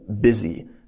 busy